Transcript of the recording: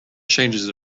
changes